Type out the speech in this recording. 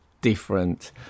different